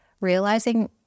realizing